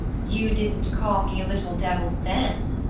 you didn't call me a little devil then?